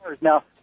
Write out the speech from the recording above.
Now